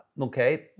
Okay